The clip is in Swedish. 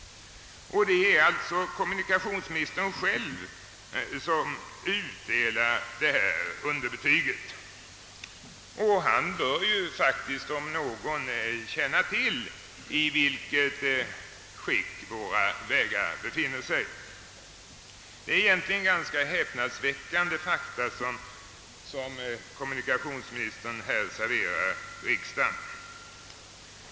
Och det är alltså kommunikationsministern själv som utdelar detta underbetyg. Han bör ju faktiskt, om någon, känna till i vilket skick våra vägar befinner sig. Det är egentligen ganska häpnadsväckande fakta som kommunikationsministern här serverar riksdagen.